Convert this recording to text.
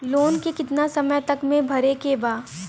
Loan के कितना समय तक मे भरे के बा?